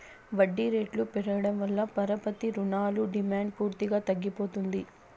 వడ్డీ రేట్లు పెరగడం వల్ల పరపతి రుణాల డిమాండ్ పూర్తిగా తగ్గిపోతుంది